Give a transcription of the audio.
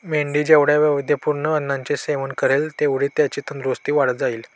मेंढी जेवढ्या वैविध्यपूर्ण अन्नाचे सेवन करेल, तेवढीच त्याची तंदुरस्ती वाढत जाईल